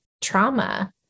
trauma